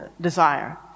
desire